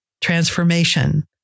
transformation